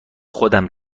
خودم